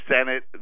Senate